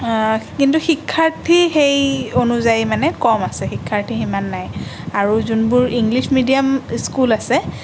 কিন্তু শিক্ষাৰ্থী সেই অনুযায়ী মানে কম আছে শিক্ষাৰ্থী সিমান নাই আৰু যোনবোৰ ইংলিছ মিডিয়াম স্কুল আছে